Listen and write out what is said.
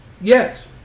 Yes